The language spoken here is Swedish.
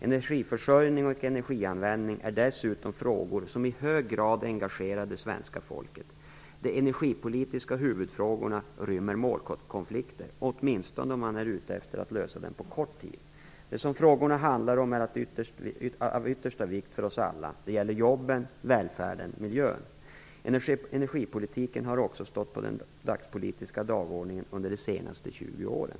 Energiförsörjningen och energianvändningen är dessutom frågor som i hög grad engagerar det svenska folket. De energipolitiska huvudfrågorna rymmer målkonflikter - åtminstone om man är ute efter att lösa dem på kort sikt. Det som frågorna handlar om är av yttersta vikt för oss alla - det gäller jobben, välfärden och miljön. Energipolitiken har också stått på den dagspolitiska dagordningen under de senaste tjugo åren.